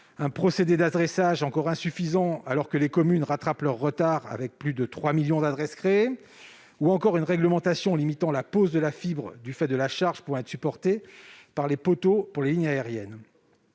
un procédé d'adressage encore insuffisant, alors que les communes rattrapent leur retard, avec plus de 3 millions d'adresses créées ; ou encore une réglementation limitant la pose de la fibre du fait de la charge pouvant être supportée par les poteaux pour les lignes aériennes.